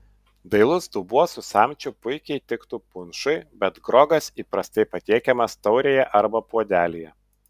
dailus dubuo su samčiu puikiai tiktų punšui bet grogas įprastai patiekiamas taurėje arba puodelyje